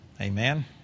Amen